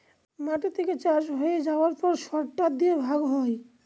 মাটি থেকে চাষ হয়ে যাবার পর সরটার দিয়ে ভাগ করে